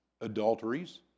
adulteries